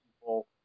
people